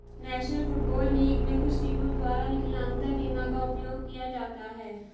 national Football League में कुछ टीमों द्वारा विकलांगता बीमा का उपयोग किया जाता है